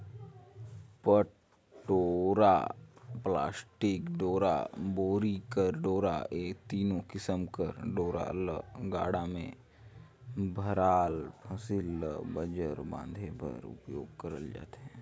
पट डोरा, पलास्टिक डोरा, बोरी कर डोरा ए तीनो किसिम कर डोरा ल गाड़ा मे भराल फसिल ल बंजर बांधे बर उपियोग करल जाथे